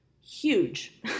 huge